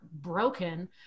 broken